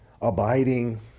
abiding